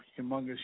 Humongous